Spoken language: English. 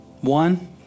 One